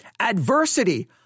Adversity